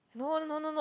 no no no no no